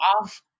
off